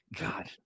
God